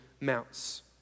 mounts